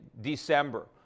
December